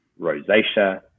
rosacea